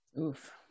Oof